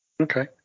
Okay